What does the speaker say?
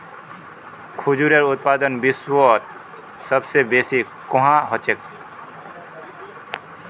खजूरेर उत्पादन विश्वत सबस बेसी कुहाँ ह छेक